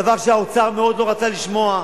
דבר שהאוצר מאוד לא רצה לשמוע,